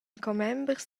commembers